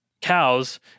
cows